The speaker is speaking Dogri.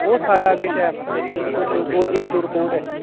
ओह् सारा किश ऐ माराज बिल्कुल ओह् ए टू रिपोर्ट ऐ